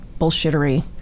bullshittery